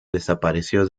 desapareció